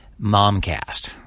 MomCast